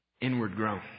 inward-grown